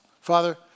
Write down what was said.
Father